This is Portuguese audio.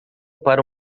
para